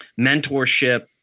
mentorship